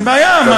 אין בעיה.